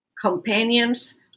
companions